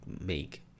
make